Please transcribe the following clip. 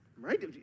right